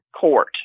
court